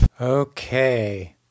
Okay